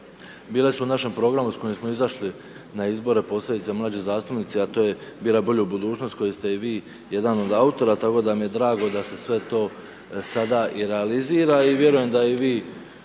bile su u našem programu s kojim smo izašli na izbore, posebice mlađi zastupnici, a to je biraj bolju budućnost koju ste i vi jedan od autora, tako da mi je drago da se sve to sada i realizira i vjerujem da i vi